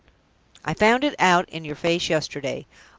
i found it out in your face yesterday.